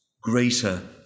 greater